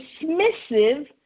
dismissive